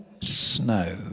Snow